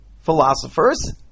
philosophers